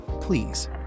Please